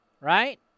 right